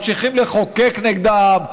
ממשיכים לחוקק נגדם,